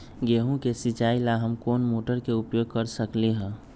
गेंहू के सिचाई ला हम कोंन मोटर के उपयोग कर सकली ह?